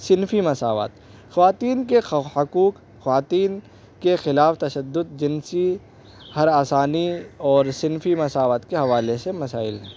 صنفی مساوات خواتین کے حقوق خواتین کے خلاف تشدد جنسی ہراسانی اور صنفی مساوات کے حوالے سے مسائل ہیں